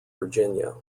virginia